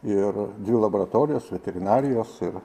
ir dvi laboratorijos veterinarijos ir